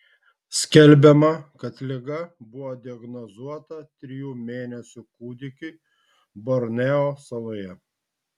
skelbiama kad liga buvo diagnozuota trijų mėnesių kūdikiui borneo saloje